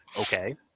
Okay